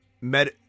med